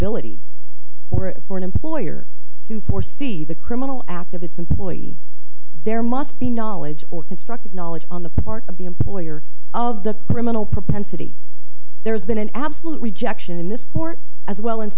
ability or for an employer to foresee the criminal act of its employee there must be knowledge or constructive knowledge on the part of the employer of the criminal propensity there's been an absolute rejection in this court as well in